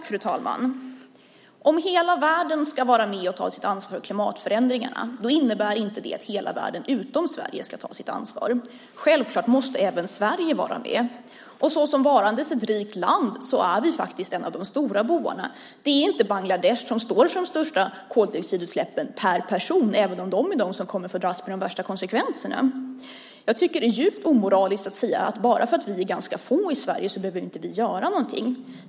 Fru talman! Om hela världen ska vara med och ta sitt ansvar för klimatförändringarna så innebär inte det att hela världen utom Sverige ska ta sitt ansvar. Självklart måste även Sverige vara med, och såsom varande ett rikt land är Sverige faktiskt en av de stora bovarna. Det är inte Bangladesh som står för de största koldioxidutsläppen per person, även om folk där är de som kommer att få dras med de värsta konsekvenserna. Jag tycker att det är djupt omoraliskt att säga att bara för att vi är ganska få i Sverige så behöver vi inte göra någonting.